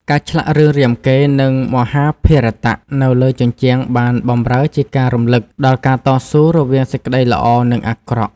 ការឆ្លាក់រឿងរាមកេរ្តិ៍ និងមហាភារតៈនៅលើជញ្ជាំងបានបម្រើជាការរំលឹកដល់ការតស៊ូរវាងសេចក្តីល្អ និងអាក្រក់។